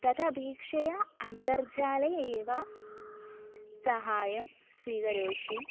तथापेक्षया अन्तर्जाले एव सहायं स्वीकरोषि